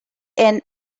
ann